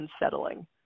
unsettling